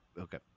Okay